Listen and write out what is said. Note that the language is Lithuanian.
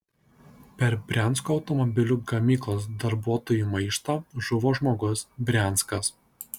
per briansko automobilių gamyklos darbuotojų maištą žuvo žmogus brianskas